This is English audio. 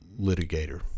litigator